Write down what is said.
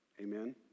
Amen